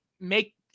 make –